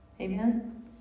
Amen